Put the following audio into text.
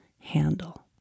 handle